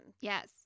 Yes